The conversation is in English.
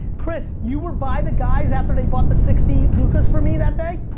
chris, you were by the guys after they bought the sixty lukas from me that day?